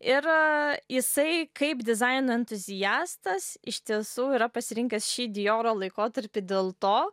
ir jisai kaip dizaino entuziastas iš tiesų yra pasirinkęs šį dijoro laikotarpį dėl to